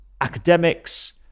academics